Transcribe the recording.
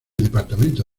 departamento